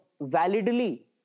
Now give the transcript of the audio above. validly